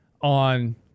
on